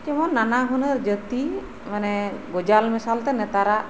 ᱡᱮᱢᱚᱱ ᱱᱟᱱᱟ ᱦᱩᱱᱟᱹᱨ ᱡᱟᱹᱛᱤ ᱢᱟᱱᱮ ᱜᱚᱡᱟᱞ ᱢᱮᱥᱟᱞ ᱛᱮ ᱱᱮᱛᱟᱨᱟᱜ